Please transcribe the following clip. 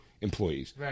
employees